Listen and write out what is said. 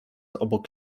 obok